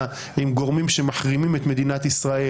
עם גורמים שמחרימים את מדינת ישראל.